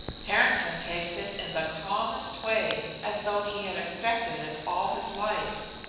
harrington takes it in the calmest way, as though he had expected it all his life.